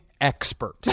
expert